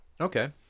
okay